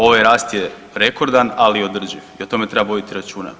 Ovaj rast je rekordan, ali je održiv i o tome treba voditi računa.